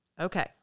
okay